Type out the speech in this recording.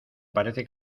parece